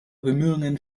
bemühungen